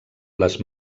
les